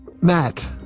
Matt